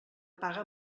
paga